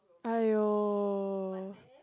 aiyo